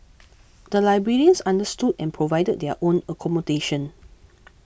the librarians understood and provided their own accommodation